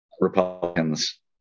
Republicans